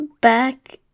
Back